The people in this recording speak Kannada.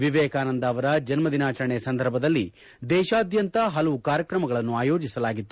ವಿವೇಕಾನಂದ ಅವರ ಜನ್ನ ದಿನಾಚರಣೆ ಸಂದರ್ಭದಲ್ಲಿ ದೇಶಾದ್ಯಂತ ಪಲವು ಕಾರ್ಯಕ್ರಮಗಳನ್ನು ಆಯೋಜಸಲಾಗಿತ್ತು